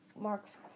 marks